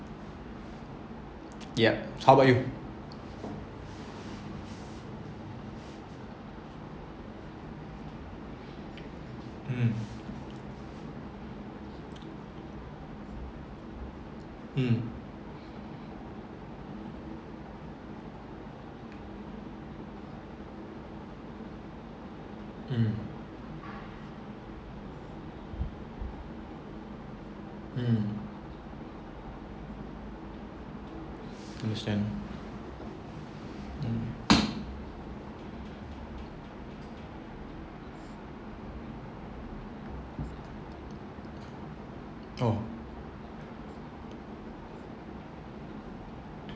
yup how about you mm hmm mm mm understand mm oh